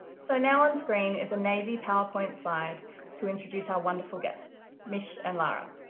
so now on screen is a navy power point slide to introduce our wonderful guests, mish and lara.